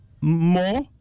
more